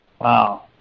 Wow